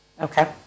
Okay